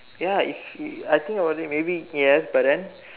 ya is is I think wondering maybe yes but then